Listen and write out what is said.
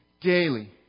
Daily